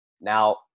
Now